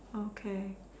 okay